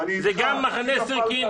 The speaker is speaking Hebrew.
זה גם מחנה סירקין,